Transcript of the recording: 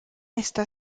está